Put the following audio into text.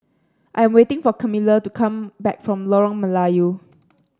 I'm waiting for Camilla to come back from Lorong Melayu